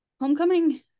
homecoming